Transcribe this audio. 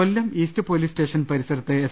കൊല്ലം east police station പരിസരത്ത് S